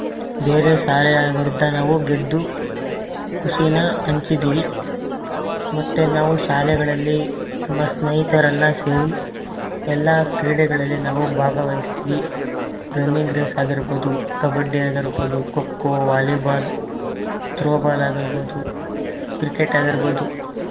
ಬೇರೆ ಶಾಲೆಯ ವಿರುದ್ಧ ನಾವು ಗೆದ್ದು ಖುಷೀನ ಹಂಚಿದ್ದೀವಿ ಮತ್ತು ನಾವು ಶಾಲೆಗಳಲ್ಲಿ ನಮ್ಮ ಸ್ನೇಹಿತರೆಲ್ಲ ಸೇರಿ ಎಲ್ಲ ಕ್ರೀಡೆಗಳಲ್ಲಿ ನಾವು ಭಾಗವಹಿಸ್ತ್ವಿ ರನ್ನಿಂಗ್ ರೇಸ್ ಆಗಿರ್ಬೌದು ಕಬಡ್ಡಿ ಆಗಿರ್ಬೌದು ಖೋ ಖೋ ವಾಲಿಬಾಲ್ ತ್ರೋಬಾಲ್ ಆಗಿರ್ಬೌದು ಕ್ರಿಕೆಟ್ ಆಗಿರ್ಬೌದು